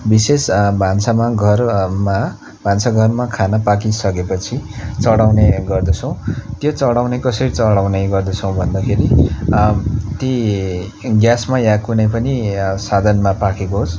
विशेष भान्सामा घरमा भान्सा घरमा खाना पाकि सकेपछि चढाउने गर्दछौँ त्यो चढाउने कसरी चढाउने गर्दछौँ भन्दाखेरि ती ग्यासमा या कुनै पनि साधनमा पाकेको होस्